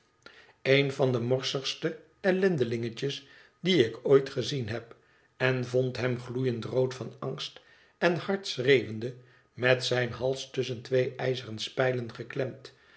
een van de morsigste ellendelingetjes die ik ooit gezien heb en vond hem gloeiend rood van angst en hard schreeuwende met den hals tusschen twee ijzeren spijlen geklemd